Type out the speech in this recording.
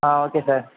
ah okay sir